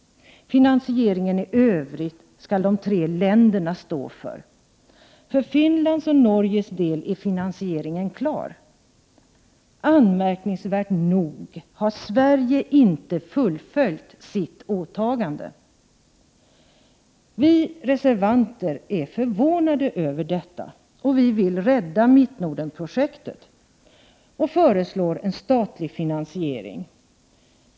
Finansieringen i övrigt skall de tre länderna stå för. För Finlands och Norges del är finansieringen klar. Anmärkningsvärt nog har Sverige inte fullföljt sitt åtagande. Vi reservanter är förvånade över detta. Vi vill rädda Mittnordenprojektet och föreslår en statlig finansiering.